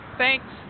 thanks